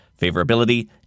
favorability